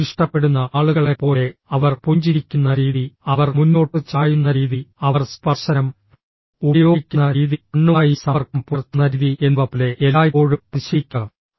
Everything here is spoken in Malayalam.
നിങ്ങൾ ഇഷ്ടപ്പെടുന്ന ആളുകളെപ്പോലെ അവർ പുഞ്ചിരിക്കുന്ന രീതി അവർ മുന്നോട്ട് ചായുന്ന രീതി അവർ സ്പർശനം ഉപയോഗിക്കുന്ന രീതി കണ്ണുമായി സമ്പർക്കം പുലർത്തുന്ന രീതി എന്നിവ പോലെ എല്ലായ്പ്പോഴും പരിശീലിക്കുക